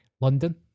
London